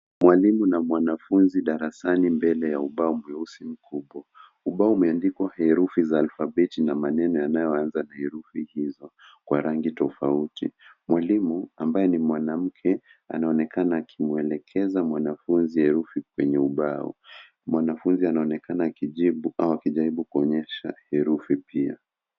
Mwalimu na mwanafunzi darasani mbele ya ubao mweusi mkubwa. Ubao umeandikwa herufi za alfabeti na maneno yanayoanza na herufi hizo kwa rangi tofauti. Mwalimua ambaye ni mwanamke anaonekana akimwelekeza mwanafunzi herufi kwenye ubao. Mwanafunzi anaonekana akijibu au akijaribu kuonyesha herufi pia.